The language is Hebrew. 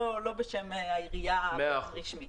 לא בשם העירייה הרשמית.